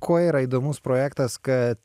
kuo yra įdomus projektas kad